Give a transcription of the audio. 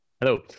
Hello